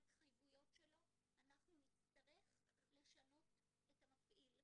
ההתחייבויות שלו אנחנו נצטרך לשנות את המפעיל.